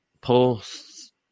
posts